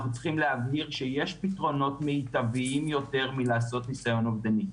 אנחנו צריכים להבהיר שיש פתרונות מיטביים יותר מלעשות ניסיון אובדני,